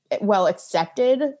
well-accepted